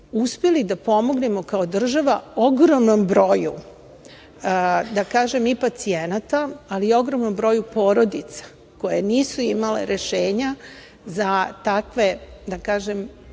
uspeli da pomognemo kao država ogromnom broju, da kažem, i pacijenata, ali i ogromnom broju porodica koje nisu imale rešenja za takve, da kažem,